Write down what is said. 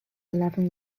eleven